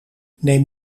neem